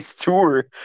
tour